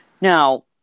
Now